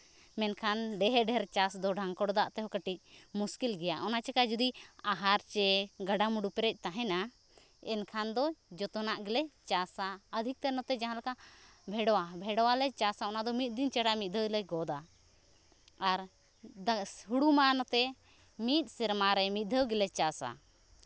ᱢᱮᱱᱠᱷᱟᱱ ᱰᱷᱮᱨ ᱰᱷᱮᱨ ᱪᱟᱥ ᱫᱚ ᱰᱷᱟᱝᱠᱚᱲ ᱫᱟᱜ ᱛᱮᱦᱚᱸ ᱠᱟᱹᱴᱤᱡ ᱢᱩᱥᱠᱤᱞ ᱜᱮᱭᱟ ᱚᱱᱟ ᱪᱮᱠᱟ ᱟᱦᱟᱨ ᱪᱮ ᱜᱟᱰᱟ ᱢᱩᱰᱩ ᱯᱮᱨᱮᱡ ᱛᱟᱦᱮᱱᱟ ᱮᱱᱠᱷᱟᱱ ᱫᱚ ᱡᱚᱛᱚᱱᱟᱜ ᱜᱮᱞᱮ ᱪᱟᱥᱟ ᱟᱹᱫᱷᱤᱠᱛᱚᱨ ᱱᱚᱛᱮ ᱡᱟᱦᱟᱸ ᱞᱮᱠᱟ ᱵᱷᱮᱲᱣᱟ ᱵᱷᱮᱲᱣᱟ ᱞᱮ ᱪᱟᱥᱟ ᱚᱱᱟ ᱫᱚ ᱢᱤᱫ ᱫᱤᱱ ᱪᱷᱟᱲᱟ ᱢᱤᱫ ᱫᱷᱟᱹᱣᱞᱮ ᱜᱚᱫᱟ ᱟᱨ ᱫᱟᱜ ᱦᱳᱲᱳᱢᱟ ᱱᱚᱛᱮ ᱢᱤᱫ ᱥᱮᱨᱢᱟ ᱨᱮ ᱢᱤᱫ ᱫᱷᱟᱹᱣ ᱜᱮᱞᱮ ᱪᱟᱥᱟ